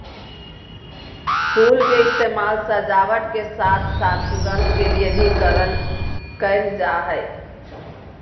फुल के इस्तेमाल सजावट के साथ साथ सुगंध के लिए भी कयल जा हइ